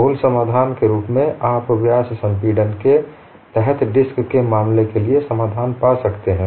मूल समाधान के रूप में आप व्यास संपीड़न के तहत डिस्क के मामले के लिए समाधान पा सकते हैं